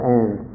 end